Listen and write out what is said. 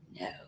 No